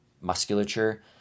musculature